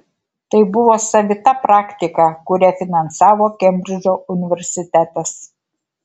tai buvo savita praktika kurią finansavo kembridžo universitetas